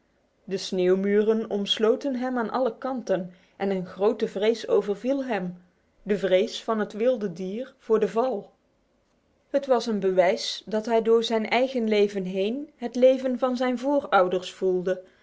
de sneeuwmuren omsloten hem aan alle kanten en een grote vrees overviel hem de vrees van het wilde dier voor de val het was een bewijs dat hij door zijn eigen leven heen het leven van zijn voorouders voelde